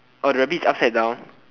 oh the rabbits upside down